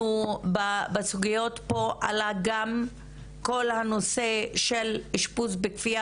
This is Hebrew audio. בסוגיות פה עלה גם כל הנושא של אשפוז בכפייה